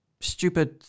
stupid